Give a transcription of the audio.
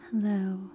Hello